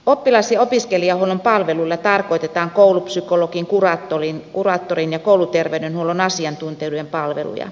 oppilas ja opiskelijahuollon palveluilla tarkoitetaan koulupsykologin kuraattorin ja kouluterveydenhuollon asiantuntijoiden palveluja